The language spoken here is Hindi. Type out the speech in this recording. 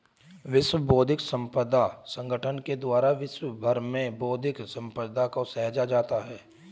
विश्व बौद्धिक संपदा संगठन के द्वारा विश्व भर में बौद्धिक सम्पदा को सहेजा जाता है